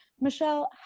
Michelle